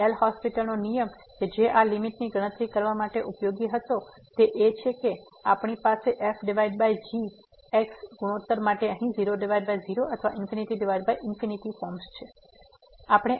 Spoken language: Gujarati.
અને એલ હોસ્પિટલL'Hospital's નો નિયમ કે જે આ લીમીટ ની ગણતરી કરવા માટે ઉપયોગી હતો તે એ છે કે આપણી પાસે f g ગુણોત્તર માટે અહીં 00 અથવા ∞∞ ફોર્મ છે